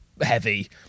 heavy